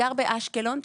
שגרה באשקלון,